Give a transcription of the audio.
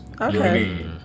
okay